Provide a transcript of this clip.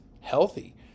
healthy